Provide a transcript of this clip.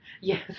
Yes